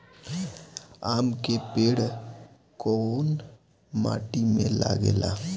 आम के पेड़ कोउन माटी में लागे ला?